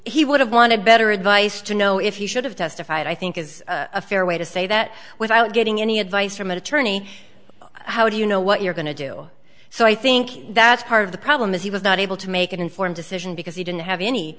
he would have been a better advice to know if you should have testified i think is a fair way to say that without getting any advice from an attorney how do you know what you're going to do so i think that's part of the problem is he was not able to make an informed decision because he didn't have any